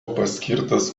paskirtas